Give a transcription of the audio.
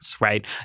right